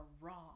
wrong